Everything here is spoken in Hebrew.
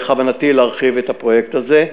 בכוונתי להרחיב את הפרויקט הזה.